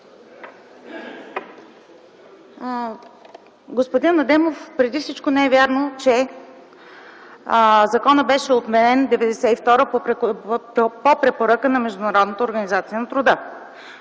Господин Адемов, преди всичко не е вярно, че законът беше отменен 1992 г. по препоръка на